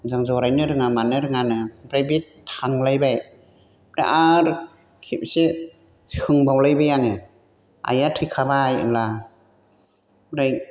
मोजां जरायनो रोङा मानो रोङानो ओमफ्राय बे थांलायबाय ओमफ्राय आरो खेबसे सोंबावलायबाय आङो आइआ थैखाबाय होमब्ला ओमफ्राय